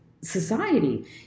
society